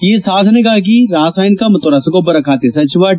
ಈ ಸಾಧನೆಗಾಗಿ ರಾಸಾಯನಿಕ ಮತ್ತು ರಸಗೊಬ್ಬರ ಖಾತೆ ಸಚಿವ ಡಿ